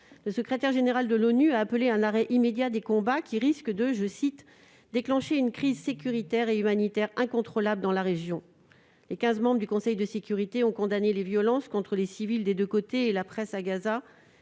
Le secrétaire général de l'ONU a appelé à l'arrêt immédiat des combats, qui risquent de « déclencher une crise sécuritaire et humanitaire incontrôlable dans la région ». Les 15 membres du Conseil de sécurité ont condamné les violences contre les civils, des deux côtés, et la presse à Gaza,